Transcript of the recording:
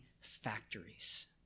factories